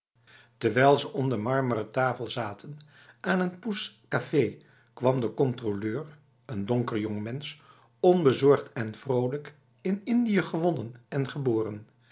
terwijl ze om de marmeren tafel zaten aan een pousse café kwam de controleur een donker jongmens onbezorgd en vrolijk in indië gewonnen en geboren